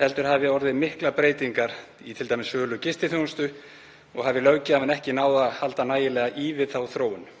heldur hafi orðið miklar breytingar í t.d. sölu gistiþjónustu og hafi löggjafinn ekki náð að halda nægilega í við þá þróun.